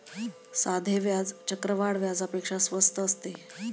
साधे व्याज चक्रवाढ व्याजापेक्षा स्वस्त असते